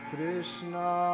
Krishna